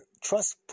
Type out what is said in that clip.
Trust